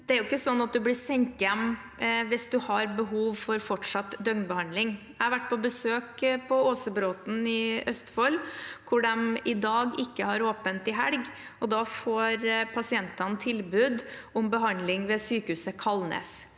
Det er ikke slik at man blir sendt hjem hvis man har behov for fortsatt døgnbehandling. Jeg har vært på besøk på Åsebråten i Østfold. Der har de i dag ikke åpent i helgene, og da får pasientene tilbud om behandling ved sykehuset på Kalnes.